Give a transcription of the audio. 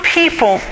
people